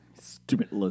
Stupid